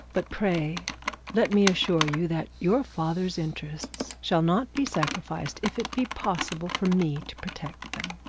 but pray let me assure you that your father's interests shall not be sacrificed if it be possible for me to protect them.